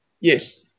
Yes